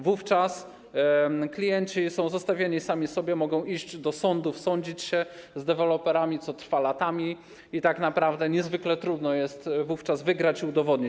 Wówczas klienci są zostawieni sami sobie, mogą iść do sądów, sądzić się z deweloperami, co trwa latami, i tak naprawdę niezwykle trudno jest wówczas wygrać i to udowodnić.